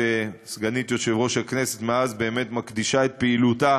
שסגנית יושב-ראש הכנסת מקדישה מאז את פעילותה